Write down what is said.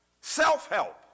Self-help